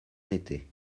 n’était